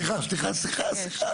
לימור סון הר מלך (עוצמה יהודית): יש.